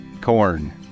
corn